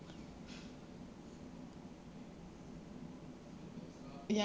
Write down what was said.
ya